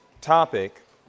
topic